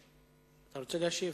אתה רוצה להשיב?